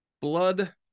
Blood